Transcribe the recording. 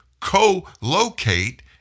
co-locate